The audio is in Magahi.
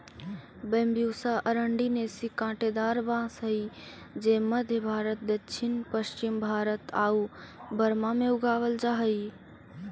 बैम्ब्यूसा अरंडिनेसी काँटेदार बाँस हइ जे मध्म भारत, दक्षिण पश्चिम भारत आउ बर्मा में उगावल जा हइ